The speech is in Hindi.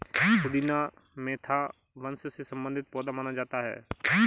पुदीना मेंथा वंश से संबंधित पौधा माना जाता है